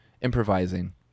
improvising